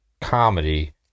comedy